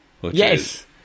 Yes